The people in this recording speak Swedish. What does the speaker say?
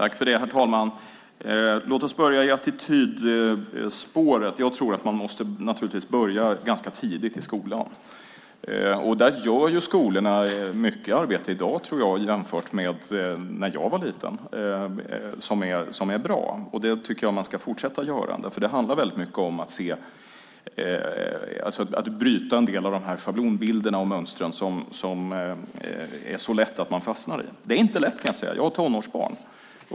Herr talman! Låt oss börja i attitydspåret. Jag tror att man måste börja ganska tidigt i skolan. Skolorna gör mycket arbete i dag som är bra, tror jag, jämfört med när jag var liten. Det tycker jag att man ska fortsätta att göra. Det handlar väldigt mycket om att bryta en del av schablonbilderna och mönstren som det är så lätt att man fastnar i. Det är inte lätt, kan jag säga. Jag har tonårsbarn.